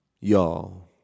y'all